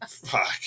Fuck